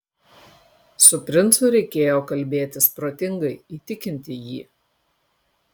su princu reikėjo kalbėtis protingai įtikinti jį